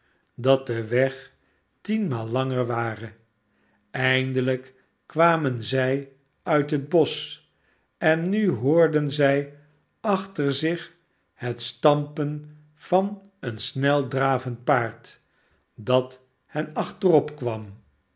dat de weg tienmaal langer ware eindelijk kwamen zij uit het bosch en nu hoorden zij achter zich het stampen van een sneldravend paard dat hen